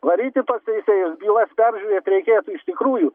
varyti tuos teisėjus bylas peržiūrėt reikės iš tikrųjų